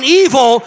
evil